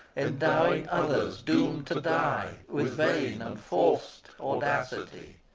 endowing others doomed to die with vain and forced audacity!